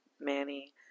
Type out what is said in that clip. Manny